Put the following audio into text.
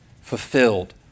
fulfilled